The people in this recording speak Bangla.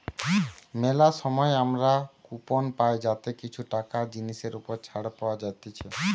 মেলা সময় আমরা কুপন পাই যাতে কিছু টাকা জিনিসের ওপর ছাড় পাওয়া যাতিছে